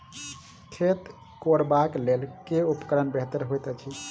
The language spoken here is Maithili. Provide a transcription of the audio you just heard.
खेत कोरबाक लेल केँ उपकरण बेहतर होइत अछि?